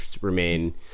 remain